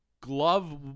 glove